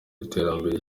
iterambere